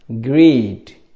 greed